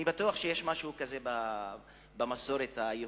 אני בטוח שיש משהו כזה גם במסורת היהודית.